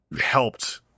helped